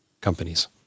companies